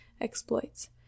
exploits